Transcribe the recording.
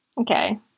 Okay